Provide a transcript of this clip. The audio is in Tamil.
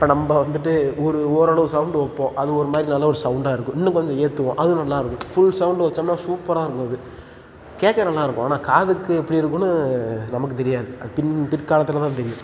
இப்போ நம்ம வந்துட்டு ஒரு ஓரளவு சௌண்டு வைப்போம் அது ஒரு மாதிரி நல்லா ஒரு சௌண்டாக இருக்கும் இன்னும் கொஞ்சம் ஏற்றுவோம் அது நல்லாயிருக்கும் ஃபுல் சௌண்டு வைச்சம்னா சூப்பராக இருக்கும் அது கேட்க நல்லாயிருக்கும் ஆனால் காதுக்கு எப்படி இருக்குன்னு நமக்கு தெரியாது அது பின் பிற்காலத்தில் தான் தெரியும்